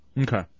Okay